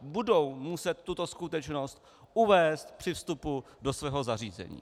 Budou muset tuto skutečnost uvést při vstupu do svého zařízení.